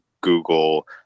google